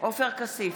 עופר כסיף,